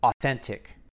authentic